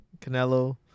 Canelo